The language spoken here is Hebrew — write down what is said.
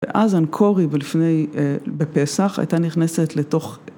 ‫ואז אנקורי, בלפני..בפסח, ‫הייתה נכנסת לתוך...